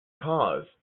cause